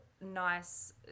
nice